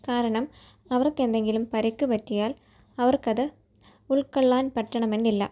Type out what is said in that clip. കാരണം അവർക്ക് എന്തെങ്കിലും പരിക്ക് പറ്റിയാൽ അവർക്കത് ഉൾകൊള്ളാൻ പറ്റണമെന്നില്ല